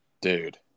Dude